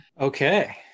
Okay